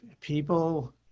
people